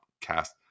cast